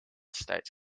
states